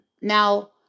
Now